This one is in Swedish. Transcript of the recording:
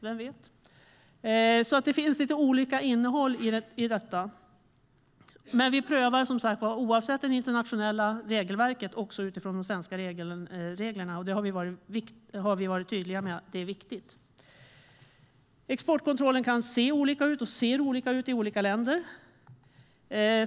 Det är alltså lite olika innehåll. Oavsett det internationella regelverket prövar vi utifrån de svenska reglerna, och det har vi varit tydliga med att det är viktigt. Exportkontrollen ser olika ut i olika länder.